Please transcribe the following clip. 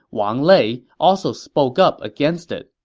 wang lei, also spoke up against it.